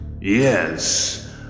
Yes